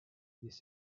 this